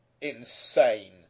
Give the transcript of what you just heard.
insane